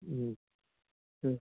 ꯎꯝ ꯎꯝ